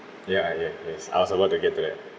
ya ya yes ask a lot to get to that